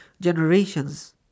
generations